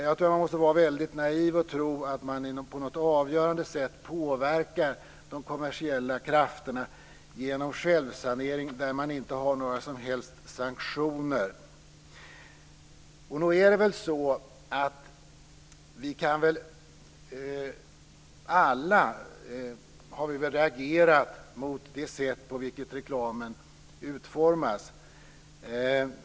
Man måste vara väldigt naiv om man tror att man på något avgörande sätt påverkar de kommersiella krafterna genom självsanering när man inte har några som helst sanktioner. Nog har vi väl alla reagerat på det sätt på vilket reklamen utformas.